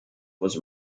was